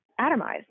atomized